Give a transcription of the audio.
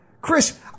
Chris